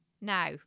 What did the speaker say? Now